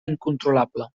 incontrolable